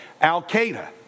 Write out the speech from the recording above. Al-Qaeda